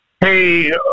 Hey